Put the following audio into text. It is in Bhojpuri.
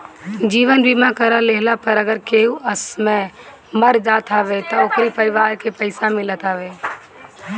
जीवन बीमा करा लेहला पअ अगर केहू असमय मर जात हवे तअ ओकरी परिवार के पइसा मिलत हवे